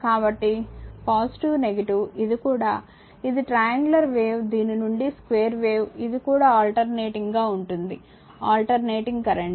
కాబట్టి ఇది కూడా ఇది ట్రయాంగులర్ వేవ్ దీని నుండి స్క్వేర్ వేవ్ ఇది కూడా ఆల్టర్నేటింగ్ గా ఉంటుంది ఆల్టర్నేటింగ్ కరెంట్